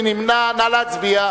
מי נמנע?